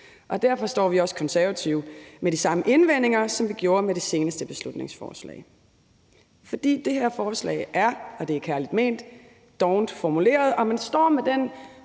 Derfor står vi Konservative også med de samme indvendinger, som vi gjorde ved det seneste beslutningsforslag. For det her forslag er, og det er kærligt ment, dovent formuleret, og man står med den